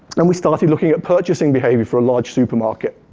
and we started looking at purchasing behavior for a large supermarket.